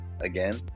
Again